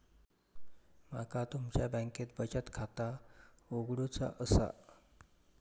माका तुमच्या बँकेत बचत खाता उघडूचा असा?